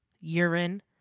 urine